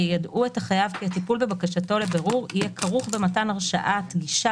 יידעו את החייב כי הטיפול בבקשתו לבירור יהיה כרוך במתן הרשאת גישה